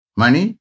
money